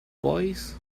boys